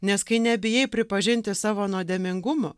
nes kai nebijai pripažinti savo nuodėmingumo